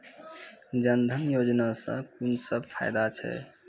जनधन योजना सॅ कून सब फायदा छै?